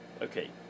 okay